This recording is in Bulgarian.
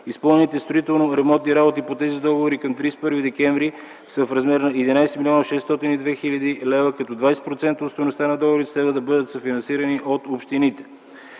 Изпълнените строително-ремонтни работи по тези договори към 31 декември са в размер на 11 млн. 602 хил., като 20% от стойността на договорите следва да бъдат съфинансирани от общините.